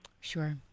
Sure